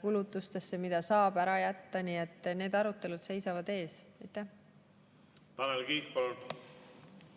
kulutustesse, mida saab ära jätta. Need arutelud seisavad ees. Aitäh!